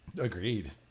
Agreed